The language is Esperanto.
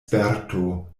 sperto